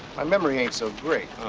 my memory ain't so great.